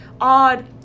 odd